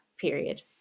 period